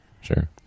sure